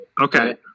okay